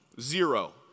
zero